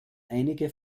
einige